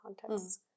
contexts